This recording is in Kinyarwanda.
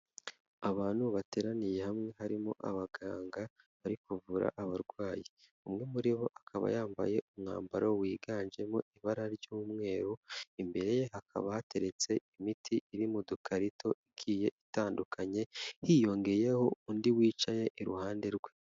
Abantu bateraniye hamwe harimo abaganga bari kuvura abarwayi umwe muri bo akaba yambaye umwambaro wiganjemo ibara ry'umweru imbere ye hakaba hateretse imiti iri mu dukarito igiye itandukanye hiyongeyeho undi wicaye iruhande rwe.